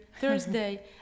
Thursday